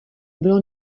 bylo